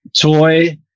Toy